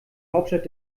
hauptstadt